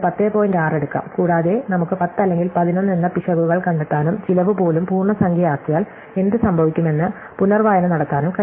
6 എടുക്കാം കൂടാതെ നമുക്ക് 10 അല്ലെങ്കിൽ 11 എന്ന പിശകുകൾ കണ്ടെത്താനും ചിലവ് പോലും പൂർണ്ണസംഖ്യയാക്കിയാൽ എന്ത് സംഭവിക്കുമെന്ന് പുനർവായന നടത്താനും കഴിയും